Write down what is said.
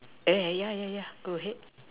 eh yeah yeah yeah go ahead